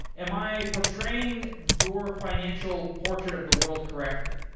am i portraying your financial portrait of the world correctly?